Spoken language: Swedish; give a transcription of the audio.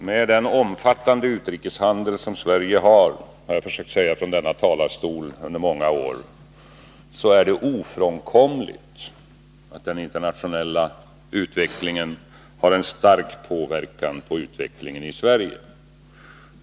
Med den omfattande utrikeshandel som Sverige har — det har jag försökt säga från denna talarstol i många år — är det ofrånkomligt att den internationella utvecklingen har en stor påverkan på utvecklingen i Sverige.